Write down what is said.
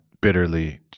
bitterly